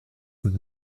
und